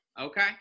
Okay